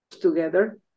together